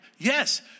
Yes